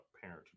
parent